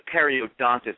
periodontist